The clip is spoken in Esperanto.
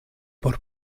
por